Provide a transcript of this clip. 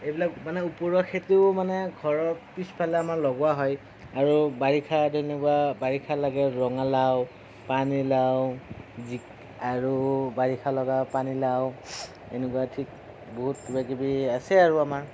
এইবিলাক মানে ওপৰুৱা খেতিও মানে ঘৰৰ পিছফালে আমাৰ লগোৱা হয় আৰু বাৰিষা তেনেকুৱা বাৰিষা লাগে ৰঙালাও পানী লাও জি আৰু বাৰিষা লগা পানী লাও এনেকুৱা ঠিক বহুত কিবা কিবি আছে আৰু আমাৰ